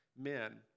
men